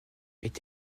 est